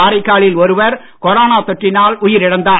காரைக்காலில் ஒருவர் கொரோனா தொற்றினால் உயிரிழந்தார்